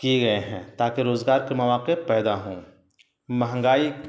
کیے گئے ہیں تاکہ روزگار کے مواقع پیدا ہوں مہنگائی